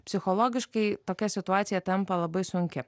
psichologiškai tokia situacija tampa labai sunki